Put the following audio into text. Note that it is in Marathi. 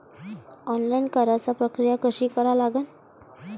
ऑनलाईन कराच प्रक्रिया कशी करा लागन?